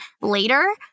later